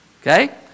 Okay